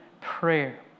prayer